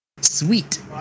Sweet